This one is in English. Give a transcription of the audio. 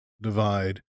divide